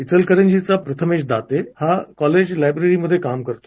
इचलकरंजीचा प्रथमेश दाते हा कॉलेज लायब्ररीमध्ये काम करतो